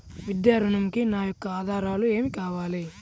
విద్యా ఋణంకి నా యొక్క ఆధారాలు ఏమి కావాలి?